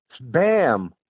Bam